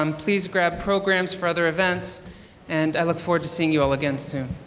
um please grab programs for other events and i look forward to seeing you all again soon.